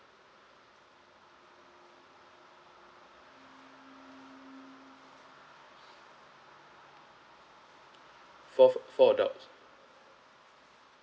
four four adults